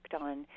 on